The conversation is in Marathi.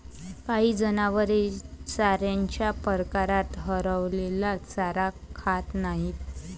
काही जनावरे चाऱ्याच्या प्रकारात हरवलेला चारा खात नाहीत